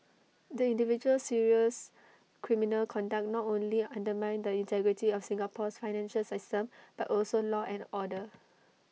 the individual's serious criminal conduct not only undermined the integrity of Singapore's financial system but also law and order